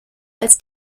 als